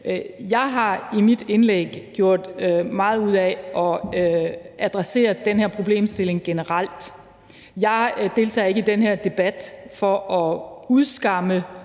Jeg har i mit indlæg gjort meget ud af at adressere den her problemstilling generelt. Jeg deltager ikke i den her debat for at udskamme